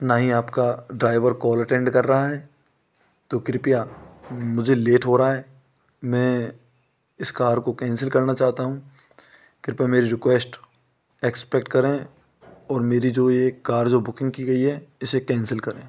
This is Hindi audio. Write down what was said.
न ही आपका ड्राइवर कॉल अटेन्ड कर रहा है तो कृपया मुझे लेट हो रहा है मैं इस कार को कैंसिल करना चाहता हूँ कृपया मेरी रिक्वेस्ट एक्स्पेक्ट करें और मेरी जो यह कार जो बुकिंग की गई है इसे कैंसिल करें